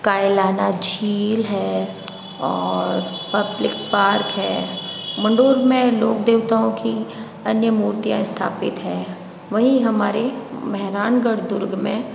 कायलाना झील है और पब्लिक पार्क है मंडूर में लोक देवताओं की अन्य मूर्तियाँ स्थापित हैं वहीं हमारे मेहरानगढ़ दुर्ग में